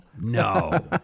No